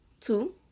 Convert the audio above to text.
two